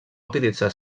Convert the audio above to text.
utilitzar